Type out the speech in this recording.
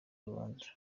urubanza